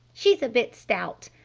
she's a bit stout!